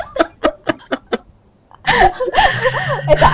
eh but